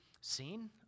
seen